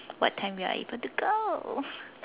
what time we are able to go